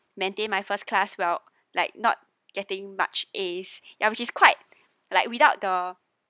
maintain my first class well like not getting much A's ya which is quite like without the